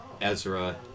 Ezra